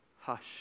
hush